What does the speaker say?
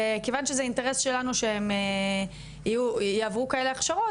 וכיוון שזה אינטרס שלנו שהם יעברו כאלה הכשרות,